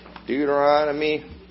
Deuteronomy